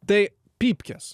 tai pypkės